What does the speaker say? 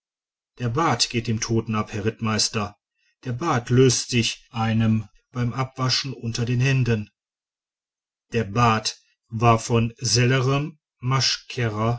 der bart geht dem toten ab herr rittmeister der bart löst sich einem beim abwaschen unter den händen der bart war von sellerem